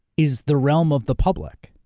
is the realm of the public.